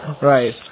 Right